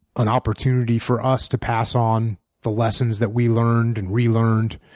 an opportunity for us to pass on the lessons that we learned and relearned.